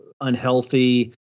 unhealthy